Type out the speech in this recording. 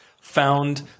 Found